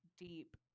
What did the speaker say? deep